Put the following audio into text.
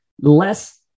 less